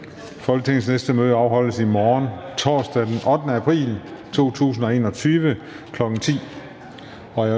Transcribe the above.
Folketingets næste møde afholdes i morgen, torsdag den 8. april 2021, kl. 10.00.